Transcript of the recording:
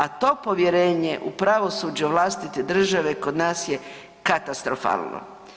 A to povjerenje u pravosuđe vlastite države kod nas je katastrofalno.